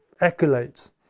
accolades